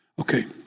Okay